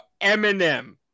Eminem